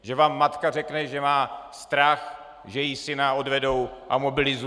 Že vám matka řekne, že má strach, že jí syna odvedou a mobilizují.